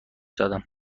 دادم